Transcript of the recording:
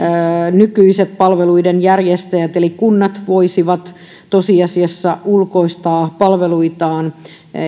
nykyiset palveluiden järjestäjät eli kunnat voisivat tosiasiassa ulkoistaa palveluitaan